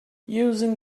using